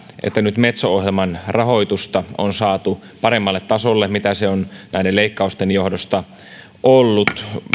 että nyt metso ohjelman rahoitusta on saatu paremmalle tasolle kuin se on näiden leikkausten johdosta ollut